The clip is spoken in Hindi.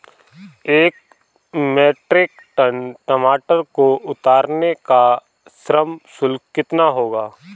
एक मीट्रिक टन टमाटर को उतारने का श्रम शुल्क कितना होगा?